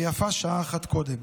ויפה שעה אחת קודם.